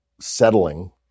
settling